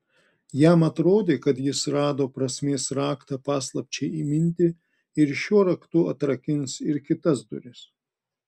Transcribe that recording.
jam atrodė kad jis rado prasmės raktą paslapčiai įminti ir šiuo raktu atrakins ir kitas duris